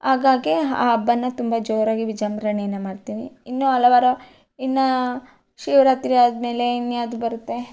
ಹಾಗಾಗಿ ಆ ಹಬ್ಬನ ತುಂಬ ಜೋರಾಗಿ ವಿಜೃಂಭಣೆಯಿಂದ ಮಾಡ್ತೀವಿ ಇನ್ನೂ ಹಲವಾರು ಇನ್ನೂ ಶಿವರಾತ್ರಿ ಆದ್ಮೇಲೆ ಇನ್ನು ಯಾವುದು ಬರುತ್ತೆ